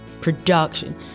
production